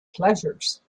pleasures